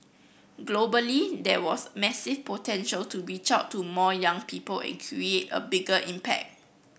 globally there was massive potential to reach out to more young people and create a bigger impact